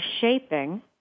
shaping